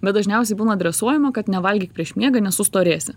bet dažniausiai būna dresuojama kad nevalgyk prieš miegą nes sustorėsi